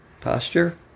posture